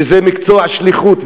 שזה מקצוע של שליחות.